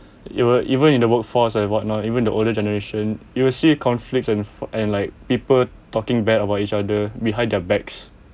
it will even in the workforce and whatnot even the older generation you will see conflicts and and like people talking bad about each other behind their backs